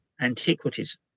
Antiquities